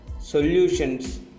solutions